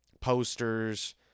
posters